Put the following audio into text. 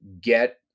get